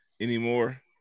anymore